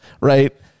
right